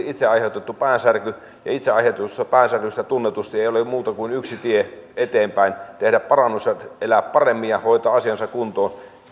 itse aiheutettu päänsärky ja itse aiheutetusta päänsärystä tunnetusti ei ole muuta kuin yksi tie eteenpäin tehdä parannus elää paremmin ja hoitaa asiansa kuntoon